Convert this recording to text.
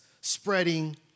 spreading